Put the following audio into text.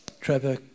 Trevor